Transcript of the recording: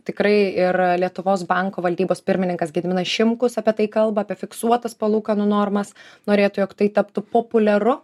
tikrai ir lietuvos banko valdybos pirmininkas gediminas šimkus apie tai kalba apie fiksuotas palūkanų normas norėtų jog tai taptų populiaru